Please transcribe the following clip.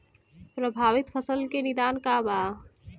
प्रभावित फसल के निदान का बा?